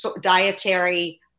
dietary